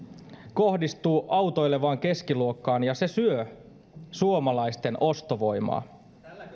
kohdistuu autoilevaan keskiluokkaan ja se syö suomalaisten ostovoimaa